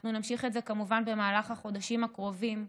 אנחנו נמשיך את זה, כמובן, במהלך החודשים הקרובים,